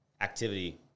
activity